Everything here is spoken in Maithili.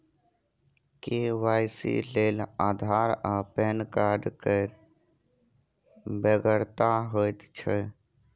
के.वाई.सी लेल आधार आ पैन कार्ड केर बेगरता होइत छै